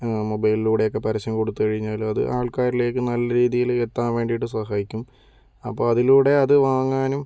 മൊബൈലിലൂടെയൊക്കെ പരസ്യം കൊടുത്ത് കഴിഞ്ഞാലത് ആൾക്കാരിലേക്ക് നല്ല രീതിയിൽ എത്താൻ വേണ്ടിയിട്ട് സഹായിക്കും അപ്പോൾ അതിലൂടെ അത് വാങ്ങാനും